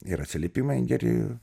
ir atsiliepimai geri